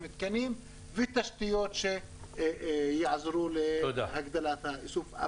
ומתקנים ותשתיות שיעזרו להגדלת האיסוף.